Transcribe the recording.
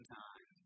time